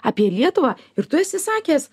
apie lietuvą ir tu esi sakęs